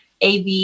AV